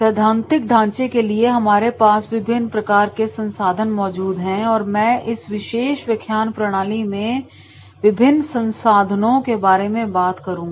सैद्धांतिक ढांचे के लिए हमारे पास विभिन्न प्रकार के संसाधन मौजूद हैं और मैं इस विशेष व्याख्यान प्रणाली में विभिन्न संसाधनों के बारे में बात करूंगा